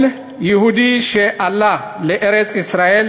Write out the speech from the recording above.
כל יהודי שעלה לארץ-ישראל